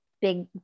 big